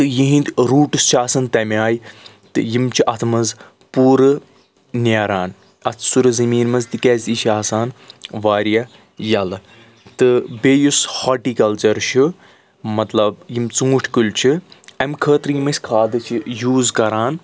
تہٕ یِہٕنٛدۍ روٗٹٕس چھِ آسان تَمہِ آیہِ تہٕ یِم چھِ اَتھ منٛز پوٗرٕ نَیرَان اَتھ سُرٕ زٔمیٖن منٛز تِکیازِ یہِ چھِ آسان واریاہ یَلہٕ تہٕ بیٚیہِ یُس ہاٹِکَلچَر چھُ مطلب یِم ژوٗنٛٹھۍ کُلۍ چھِ امہِ خٲطرٕ یِم أسۍ کھادٕ چھِ یوٗز کَران